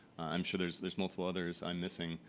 i'm sure there's there's multiple others i'm missing.